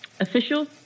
official